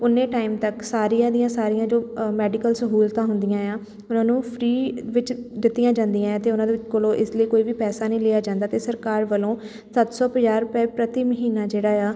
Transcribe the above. ਉੱਨੇ ਟਾਈਮ ਤੱਕ ਸਾਰੀਆਂ ਦੀਆਂ ਸਾਰੀਆਂ ਜੋ ਮੈਡੀਕਲ ਅ ਸਹੂਲਤਾਂ ਹੁੰਦੀਆਂ ਹੈ ਆ ਉਹਨਾਂ ਨੂੰ ਫ੍ਰੀ ਵਿੱਚ ਦਿੱਤੀਆਂ ਜਾਂਦੀਆਂ ਹੈ ਅਤੇ ਉਹਨਾਂ ਦੇ ਕੋਲੋਂ ਇਸ ਲਈ ਕੋਈ ਵੀ ਪੈਸਾ ਨਹੀਂ ਲਿਆ ਜਾਂਦਾ ਅਤੇ ਸਰਕਾਰ ਵਲੋਂ ਸੱਤ ਸੌ ਪੰਜਾਹ ਰੁਪਏ ਪ੍ਰਤੀ ਮਹੀਨਾ ਜਿਹੜਾ ਹੈ ਆ